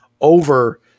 over